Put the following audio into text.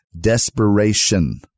Desperation